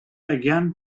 again